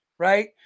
Right